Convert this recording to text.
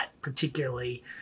particularly